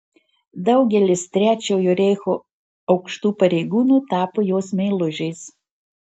daugelis trečiojo reicho aukštų pareigūnų tapo jos meilužiais